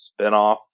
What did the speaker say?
spinoff